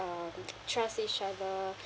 um trust each other